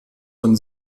von